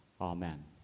Amen